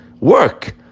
work